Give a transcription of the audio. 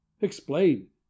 explain